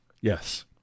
Yes